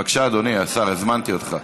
בבקשה, אדוני השר, הזמנתי אותך.